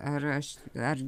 ar aš ar